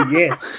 yes